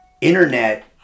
internet